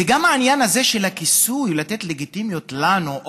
וגם העניין הזה של הכיסוי, לתת לגיטימיות לנו,